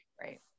right